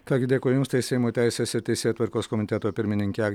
ką gi dėkui jums tai seimo teisės ir teisėtvarkos komiteto pirmininkė agnė